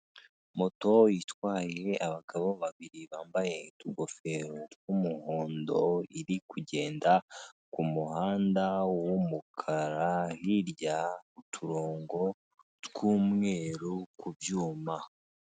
Moto itwaye abagabo babiri bambaye utugofero tw'umuhondo iri kugenda ku muhanda w'umukara, hirya uturongo tw'umweru kubyuma.